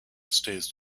stays